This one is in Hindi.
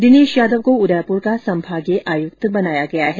दिनेश यादव को उदयपुर का संभागीय आयुक्त बनाया गया है